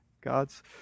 God's